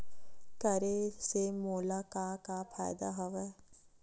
करे से मोला का का फ़ायदा हवय?